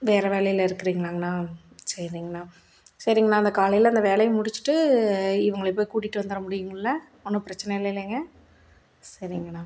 வேறு வேலையில் இருக்கிறீங்களாங்கண்ணா சரிங்கண்ணா சரிங்கண்ணா அந்த காலையில் அந்த வேலையை முடிச்சுட்டு இவங்கள போய் கூட்டிகிட்டு வந்துர்ற முடியுமில்ல ஒன்றும் பிரச்சனை இல்லேலேங்க சரிங்கண்ணா